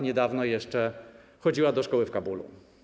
Niedawno jeszcze chodziła do szkoły w Kabulu.